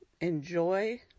Enjoy